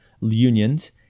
unions